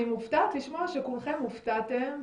אני מופתעת לשמוע שכולכם הופתעתם,